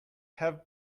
have